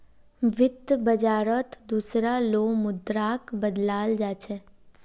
वित्त बाजारत दुसरा लो मुद्राक बदलाल जा छेक